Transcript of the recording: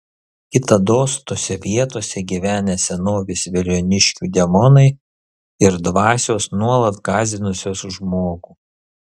kitados tose vietose gyvenę senovės veliuoniškių demonai ir dvasios nuolat gąsdinusios žmogų